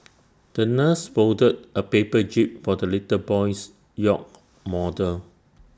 the nurse folded A paper jib for the little boy's yacht model